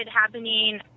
happening